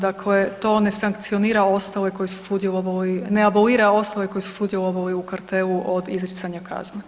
Dakle, to ne sankcionira ostale koji su sudjelovali, ne abolira ostale koji su sudjelovali u kartelu od izricanja kazne.